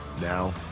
Now